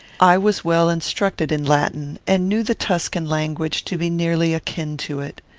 i was well instructed in latin, and knew the tuscan language to be nearly akin to it.